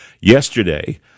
yesterday